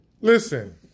Listen